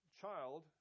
child